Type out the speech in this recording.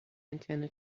antenna